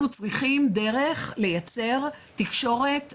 צריכים דרך לייצר תקשורת הלוך-חזור.